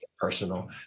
personal